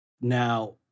Now